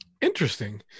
Interesting